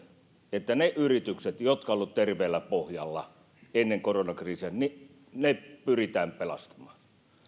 että ne yritykset jotka ovat olleet terveellä pohjalla ennen koronakriisiä pyritään pelastamaan